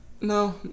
No